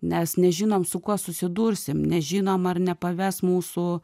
nes nežinom su kuo susidursim nežinom ar nepaves mūsų